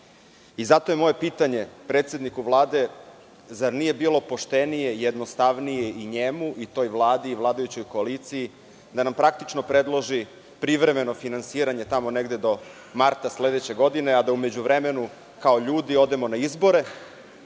je moje pitanje predsedniku Vlade – zar nije bilo poštenije i jednostavnije njemu, toj Vladi i vladajućoj koaliciji da nam praktično predloži privremeno finansiranje tamo negde do marta sledeće godine, a da u međuvremenu kao ljudi odemo na izbore